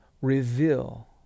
reveal